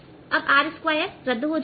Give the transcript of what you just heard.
अब r2रद्द हो जाएगा